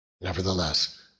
Nevertheless